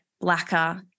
blacker